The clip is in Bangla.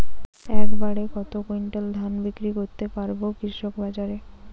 এক বাড়ে কত কুইন্টাল ধান বিক্রি করতে পারবো কৃষক বাজারে?